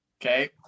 Okay